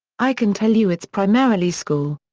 i can tell you its primarily school.